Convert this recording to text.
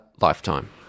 lifetime